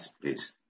please